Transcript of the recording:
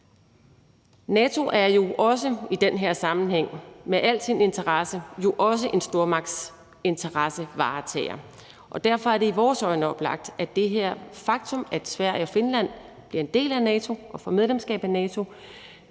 interesse jo også i den her sammenhæng en stormagtsinteressevaretager. Derfor er det i vores øjne oplagt, at det faktum, at Sverige og Finland bliver en del af NATO og får medlemskab af NATO